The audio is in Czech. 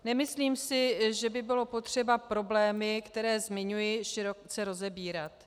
Nemyslím si, že by bylo potřeba problémy, které zmiňuji, široce rozebírat.